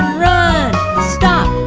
run stop!